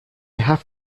have